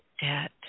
debt